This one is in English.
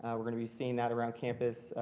we're going to be seeing that around campus.